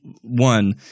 One